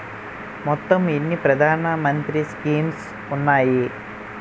మొత్తం ఎన్ని ప్రధాన మంత్రి స్కీమ్స్ ఉన్నాయి?